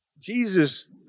Jesus